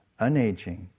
unaging